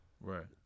Right